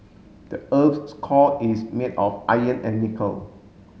the earth's core is made of iron and nickel